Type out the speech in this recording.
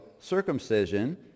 circumcision